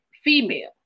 female